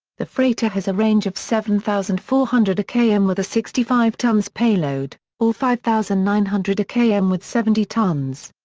the freighter freighter has a range of seven thousand four hundred km with a sixty five tonnes payload, or five thousand nine hundred km with seventy tonnes.